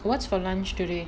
what's for lunch today